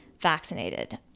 vaccinated